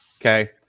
okay